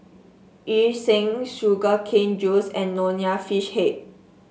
Yu Sheng Sugar Cane Juice and Nonya Fish Head